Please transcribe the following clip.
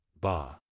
Ba